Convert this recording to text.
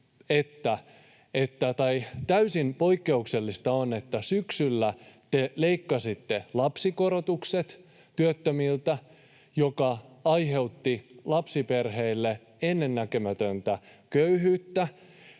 Täysin poikkeuksellista on, että syksyllä te leikkasitte lapsikorotukset työttömiltä, mikä aiheutti lapsiperheille ennennäkemätöntä köyhyyttä.